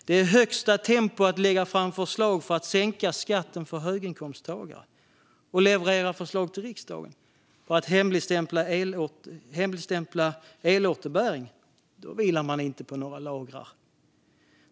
Det är högsta tempo i att lägga fram förslag för att sänka skatten för höginkomsttagare och leverera förslag till riksdagen på att hemligstämpla elåterbäring - då vilar man inte på några lagrar.